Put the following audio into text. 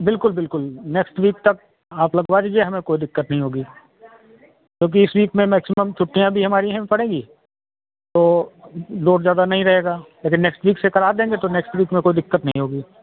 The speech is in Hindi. बिल्कुल बिल्कुल नेक्स्ट वीक तक आप लगवा दीजिए हमें कोई दिक्कत नहीं होगी क्योंकि इस वीक में मैक्सिमम छुट्टियाँ भी हमारी हैं पड़ेंगी तो लोड ज्यादा नहीं रहेगा अगर नेक्स्ट वीक से करा देंगे तो नेक्स्ट वीक में कोई दिक्कत नहीं होगी